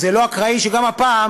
וזה לא אקראי שגם הפעם